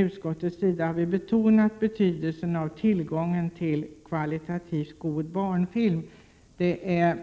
Utskottet betonar betydelsen av att underlaget för tillgången till kvalitativt god barnfilm inte är